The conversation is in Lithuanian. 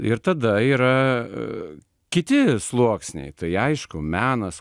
ir tada yra kiti sluoksniai tai aišku menas